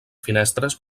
finestres